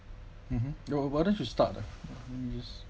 mmhmm w~ why don't you start